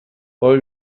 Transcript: boy